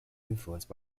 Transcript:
influenced